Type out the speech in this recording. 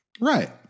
Right